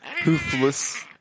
Hoofless